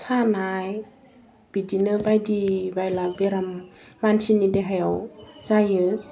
सानाय बिदिनो बायदि बायला बेराम मानसिनि देहायाव जायो